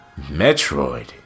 Metroid